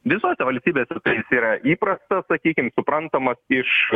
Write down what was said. visose valstybėse tai jis yra įprastas sakykim suprantamas iš